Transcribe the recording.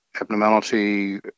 abnormality